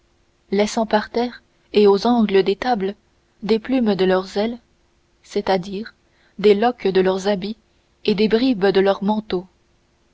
laissant par terre et aux angles des tables des plumes de leurs ailes c'est-à-dire des loques de leurs habits et des bribes de leurs manteaux